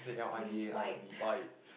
Lee white